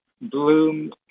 bloom